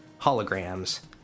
holograms